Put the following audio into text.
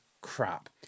crap